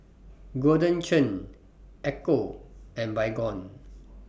Golden Churn Ecco and Baygon